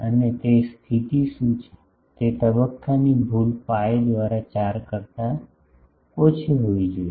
અને તે શું સ્થિતિ છે કે તબક્કાની ભૂલ pi દ્વારા 4 કરતા ઓછી હોવી જોઈએ